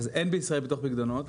אין בישראל ביטוח פקדונות.